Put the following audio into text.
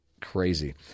crazy